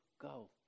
go